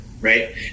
right